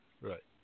Right